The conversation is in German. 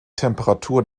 temperatur